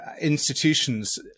institutions